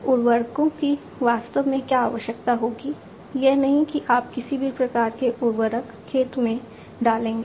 उर्वरकों की वास्तव में क्या आवश्यकता होगी यह नहीं कि आप किसी भी प्रकार के उर्वरक खेत में डालेंगे